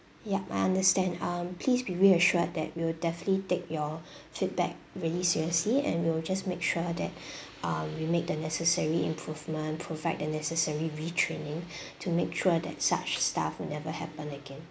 yup I understand um please be reassured that we'll definitely take your feedback really seriously and we will just make sure that uh we make the necessary improvement provide the necessary retraining to make sure that such stuff will never happen again